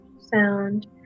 sound